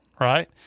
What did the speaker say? right